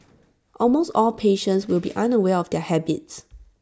almost all patients will be unaware of their habits